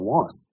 one